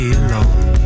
alone